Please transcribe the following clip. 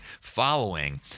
following